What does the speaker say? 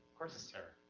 course it's terror.